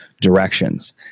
directions